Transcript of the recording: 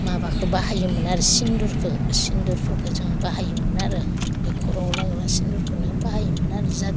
माबाखौ बाहायोमोन आरो सिन्दुरखौ सिन्दुरफोरखौ जों बाहायोमोन आरो खर'वाव लाग्रा सिन्दुरखौनो बाहायोमोन आरो जा